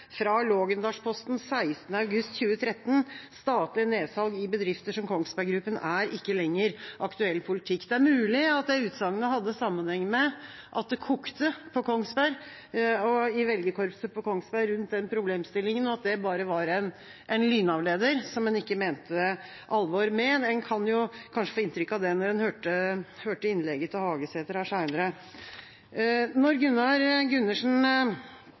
fra Laagendalsposten 16. august 2013, at «statlig nedsalg i bedrifter som Kongsberg Gruppen ikke lenger er aktuell politikk». Det er mulig at det utsagnet hadde sammenheng med at det kokte på Kongsberg og i velgerkorpset på Kongsberg rundt den problemstillinga, og at dette bare var en lynavleder som en ikke mente alvor med. En kan kanskje få inntrykk av det når en hørte innlegget til Hagesæter her seinere. Når Gunnar Gundersen